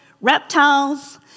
reptiles